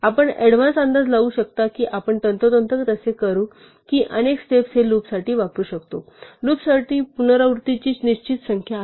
आपण ऍडव्हान्स अंदाज लावू शकतो की आपण तंतोतंत असे करू की अनेक स्टेप्स हे लूपसाठी वापरू शकतो लूपसाठी पुनरावृत्तीची निश्चित संख्या आहे